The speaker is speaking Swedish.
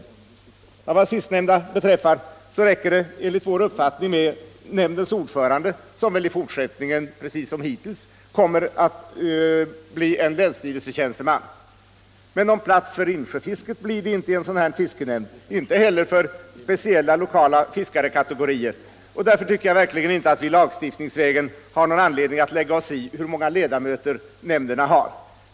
Vad det sistnämnda beträffar räcker det enligt vår uppfattning med nämndens ordförande, som väl i fortsättningen som hittills kommer att vara en länsstyrelsetjänsteman. Men någon plats för insjöfisket blir det inte i en sådan fiskenämnd och inte heller för speciella lokala fiskarkategorier. Därför tycker jag verkligen inte att vi lagstiftningsvägen har någon anledning att lägga oss i hur många ledamöter nämnderna har.